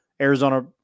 Arizona